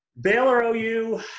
Baylor-OU